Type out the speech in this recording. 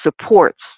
supports